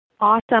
Awesome